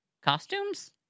costumes